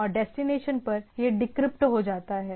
और डेस्टिनेशन पर यह डिक्रिप्ट हो जाता है